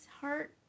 heart